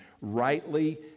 rightly